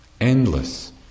Endless